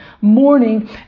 morning